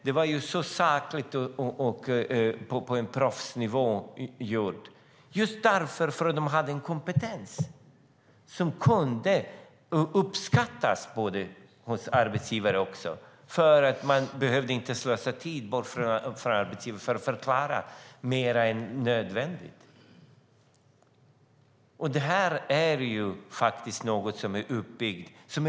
Den var saklig och låg på en proffsig nivå just för att de hade en sådan kompetens, vilket även arbetsgivarna uppskattade. De behövde inte slösa tid på att förklara mer än nödvändigt. Det är något som byggts upp och är bra.